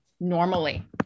normally